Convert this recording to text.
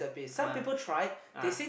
ah ah